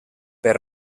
per